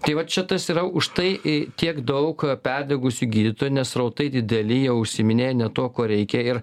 tai va čia tas yra už tai e tiek daug perdegusių gydytojų nes srautai dideli jie užsiiminėja ne tuo kuo reikia ir